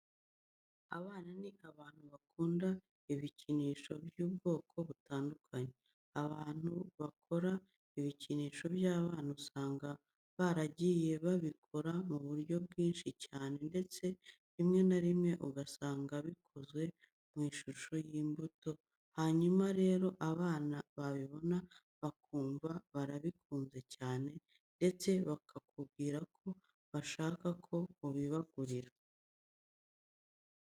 Abana ni abantu bakunda ibikinisho by'ubwoko butandukanye. Abantu bakora ibikinisho by'abana usanga baragiye babikora mu buryo bwinshi cyane ndetse rimwe na rimwe ugasanga bikoze mu ishusho y'imbuto, hanyuma rero abana babibona bakumva barabikunze cyane ndetse bakakubwira ko bashaka ko ubibagurira.